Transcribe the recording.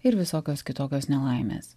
ir visokios kitokios nelaimės